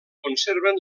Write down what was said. conserven